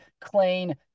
clean